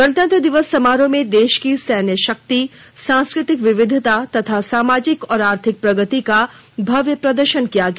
गणतंत्र दिवस समारोह में देश की सैन्य शक्ति सांस्कृतिक विविधता तथा सामाजिक और आर्थिक प्रगति का भव्य प्रदर्शन किया गया